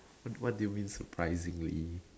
what what do you mean surprisingly